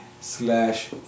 slash